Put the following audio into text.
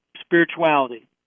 spirituality